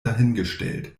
dahingestellt